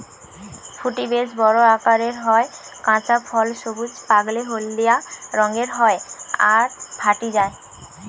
ফুটি বেশ বড় আকারের হয়, কাঁচা ফল সবুজ, পাকলে হলদিয়া রঙের হয় আর ফাটি যায়